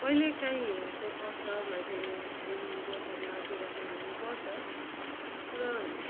कहिले कहीँ हिउँ चाहिँ पर्छ माथि घुम जोरबङ्लातिर चाहिँ हिउँ पर्छ र